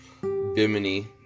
Bimini